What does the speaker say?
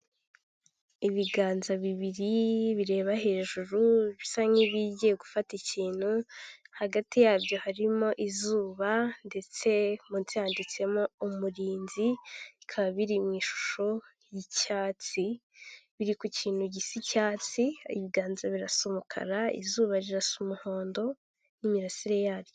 Wakwizigamira ukoresheje Giti banki bitewe n'uko umutekano w'amafaranga wawe uba wizewe ijana ku ijana. Tandukana n'ibindi bigo by'imari bigusaba kuzana ingwate kugira biguhe inguzanyo kuko aha ntibihaba.